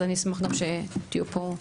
אז אני אשמח שתהיו פה.